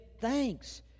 thanks